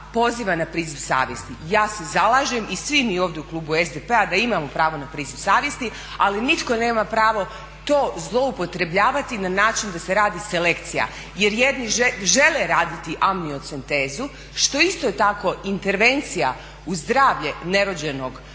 poziva na priziv savjesti. Ja se zalažem i svi mi ovdje u klubu SDP-a da imaju pravo na priziv savjesti, ali nitko nema pravo to zloupotrebljavati na način da se radi selekcija jer jedni žele raditi amniocentezu što je isto tako intervencija u zdravlje nerođenog